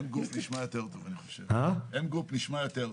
אני חושב ש-Mgroup נשמע יותר טוב.